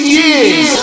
years